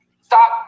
stop